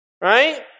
right